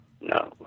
No